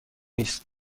است